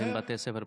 והם בתי ספר פרטיים,